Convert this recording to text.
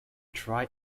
tri